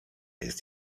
jest